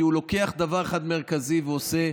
כי הוא לוקח דבר אחד מרכזי ועושה,